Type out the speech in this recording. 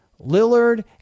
Lillard